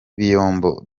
biyombo